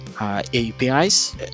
APIs